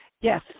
Yes